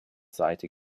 seite